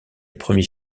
premier